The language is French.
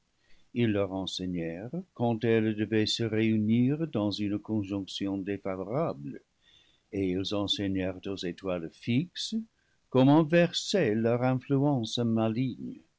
ils leur enseignèrent quand elles devaient se réunir dans une conjonction défavorable et ils enseignèrent aux étoiles fixes comment verser leur influence maligne